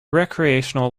recreational